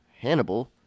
Hannibal